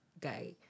guy